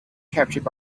captured